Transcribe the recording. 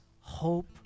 hope